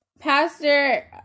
pastor